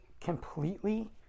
completely